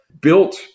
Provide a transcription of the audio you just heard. built